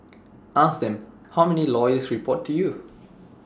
ask them how many lawyers report to you